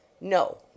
No